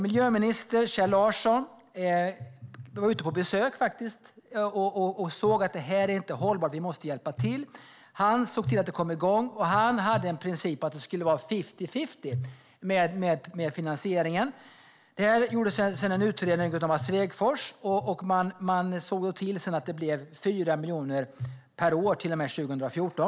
Miljöminister Kjell Larsson var ute på besök och såg att det inte var hållbart utan att man måste hjälpa till. Han såg till att det kom igång, och han hade som princip att finansieringen skulle vara fifty-fifty. Mats Svegfors gjorde sedan en utredning om det här. Och man såg till att det fram till och med 2014 blev ett stöd på 4 miljoner per år.